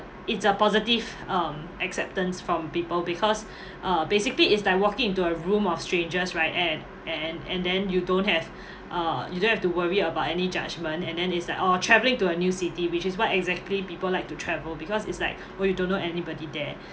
it's a positive um acceptance from people because uh basically it's like walking into a room of strangers right and and and then you don't have uh you don't have to worry about any judgment and then it's like oh travelling to a new city which is why exactly people like to travel because it's like where you don't know anybody there